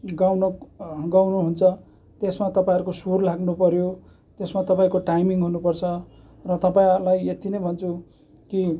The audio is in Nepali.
गाउन गाउनु हुन्छ त्यसमा तपाईँहरूको सुर लाग्नुपर्यो त्यसमा तपाईँको टाइमिङ हुनुपर्छ र तपाईँहरूलाई यति नै भन्छु कि